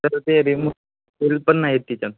तर ते remote cell पण नाही आहेत तिच्यात